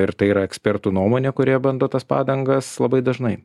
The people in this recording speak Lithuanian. ir tai yra ekspertų nuomonė kurie bando tas padangas labai dažnai